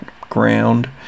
ground